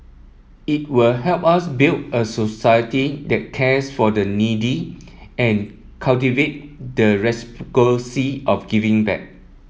it will help us build a society that cares for the needy and cultivate the of giving back